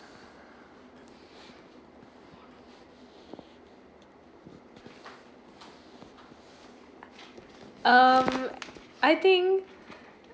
um I think